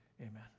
amen